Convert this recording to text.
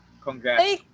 congrats